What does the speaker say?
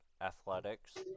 Athletics